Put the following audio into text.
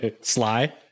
Sly